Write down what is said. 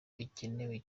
bikenewe